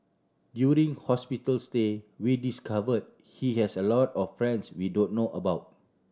during hospital stay we discovered he has a lot of friends we don't know about